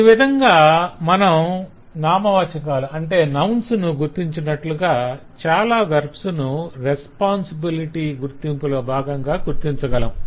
ఈ విధంగా మనం నౌన్స్ ను గుర్తించినట్లుగా చాలా వెర్బ్స్ ను రెస్పాన్సిబిలిటీ గుర్తింపు లో భాగంగా గుర్తించగలము